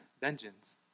vengeance